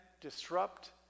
disrupt